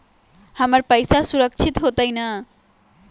हमर पईसा सुरक्षित होतई न?